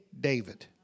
David